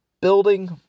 building